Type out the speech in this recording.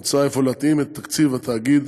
מוצע אפוא להתאים את תקציב התאגיד